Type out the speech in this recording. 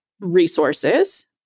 resources